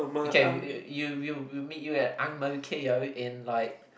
okay we you you you we meet you at Ang-Mo-Kio in like